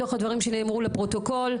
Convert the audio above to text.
מתוך הדברים שנאמרו לפרוטוקול,